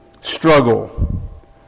struggle